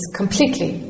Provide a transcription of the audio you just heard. completely